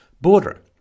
border